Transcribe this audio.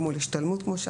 כמו השתלמות,